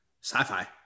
sci-fi